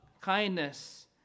kindness